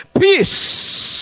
peace